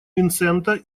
винсента